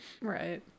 Right